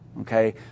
okay